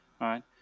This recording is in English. right